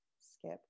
skip